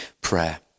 prayer